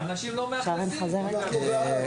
(היו"ר שרן מרים השכל, 13:01)